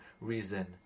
reason